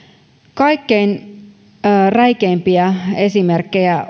kaikkein räikeimpiä esimerkkejä